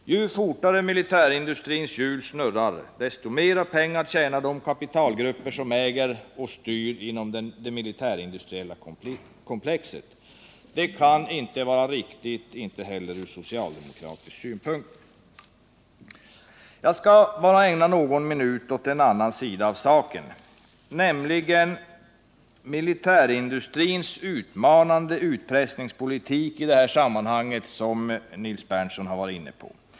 Ju fortare militärindustrins hjul snurrar, desto mer pengar tjänar de kapitalgrupper som äger och styr inom det militärindustriella komplexet. Detta kan inte heller vara riktigt från socialdemokratisk synpunkt. Jag skall ägna bara någon minut åt en annan sida av saken, nämligen militärindustrins utmanande utpressningspolitik i detta sammanhang, vilket också Nils Berndtson har varit inne på.